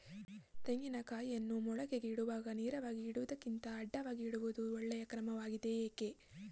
ತೆಂಗಿನ ಕಾಯಿಯನ್ನು ಮೊಳಕೆಗೆ ಇಡುವಾಗ ನೇರವಾಗಿ ಇಡುವುದಕ್ಕಿಂತ ಅಡ್ಡಲಾಗಿ ಇಡುವುದು ಒಳ್ಳೆಯ ಕ್ರಮವಾಗಿದೆ ಏಕೆ?